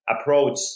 approach